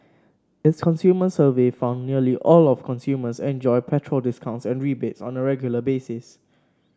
its consumer survey found nearly all consumers enjoy petrol discounts and rebates on a regular basis